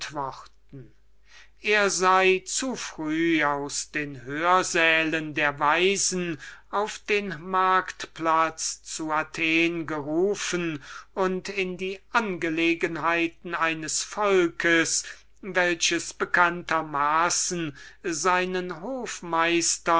er sei zu früh aus den hörsälen der weisen auf den markt platz zu athen gerufen und in die angelegenheiten eines volkes welches bekannter maßen seinen